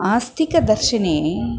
आस्तिकदर्शने